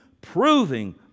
proving